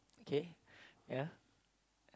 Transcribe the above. okay yeah